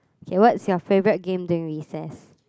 okay what's your favourite game during recess